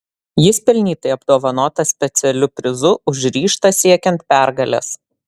jis pelnytai apdovanotas specialiu prizu už ryžtą siekiant pergalės